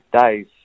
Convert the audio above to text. days